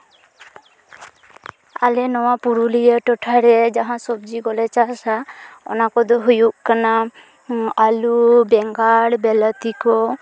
ᱟᱞᱮ ᱱᱚᱣᱟ ᱯᱩᱨᱩᱞᱤᱭᱟᱹ ᱴᱚᱴᱷᱟ ᱨᱮ ᱡᱟᱦᱟᱸ ᱥᱚᱵᱡᱤ ᱠᱚᱞᱮ ᱪᱟᱥᱟ ᱚᱱᱟ ᱠᱚᱫᱚ ᱦᱩᱭᱩᱜ ᱠᱟᱱᱟ ᱟᱹᱞᱩ ᱵᱮᱸᱜᱟᱲ ᱵᱮᱞᱟᱛᱤ ᱠᱚ